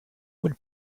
with